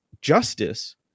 justice—